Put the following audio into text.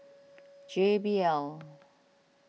J B L